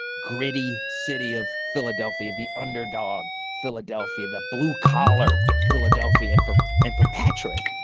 gritty city of philadelphia, the underdog philadelphia, the blue collar philadelphia. and for and for patrick,